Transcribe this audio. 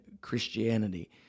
Christianity